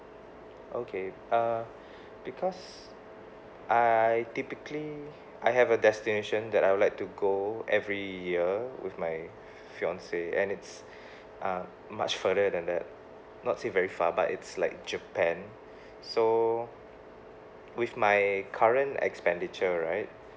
okay uh because I typically I have a destination that I would like to go every year with my fiancee and it's uh much further than that not say very far but it's like japan so with my current expenditure right